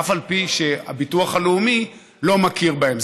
ואף על פי כן ביטוח לאומי לא מכיר בהם,